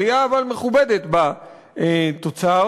אבל עלייה מכובדת בתוצר